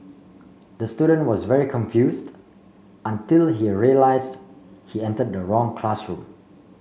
the student was very confused until he realise he entered the wrong classroom